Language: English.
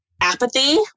apathy